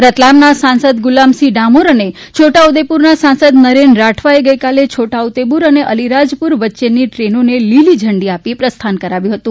રતલામના સાંસદ ગુલામસિંફ ડામોર અને છોડાઉદેપુરના સાંસદ નરેન રાઠવાએ ગઈકાલે છોટાઉદેપુર અને અલિરાજપુર વચ્ચેની ટ્રેનોને લીલી ઝંડી આપી પ્રસ્થાન કરાવ્યું ફતું